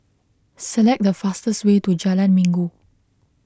select the fastest way to Jalan Minggu